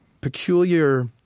peculiar